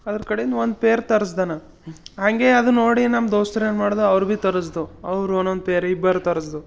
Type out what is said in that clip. ಅದ್ರ ಕಡೆಯಿಂದ ಒಂದು ಪೇರ್ ತರಿಸ್ದೆ ನಾ ಹಾಗೇ ಅದು ನೋಡಿ ನಮ್ಮ ದೋಸ್ತ್ರು ಏನ್ಮಾಡ್ದೋ ಅವ್ರು ಭಿ ತರಸ್ದೊ ಅವ್ರು ಒನ್ನೊಂದು ಪೇರ್ ಇಬ್ಬರು ತರಸ್ದೊ